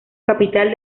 capital